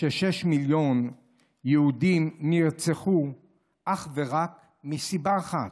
ששישה מיליון יהודים נרצחו אך ורק מסיבה אחת,